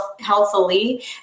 healthily